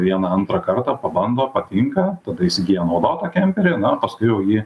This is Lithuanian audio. vieną antrą kartą pabando patinka tada įsigyja naudotą kemperį na paskui jau jį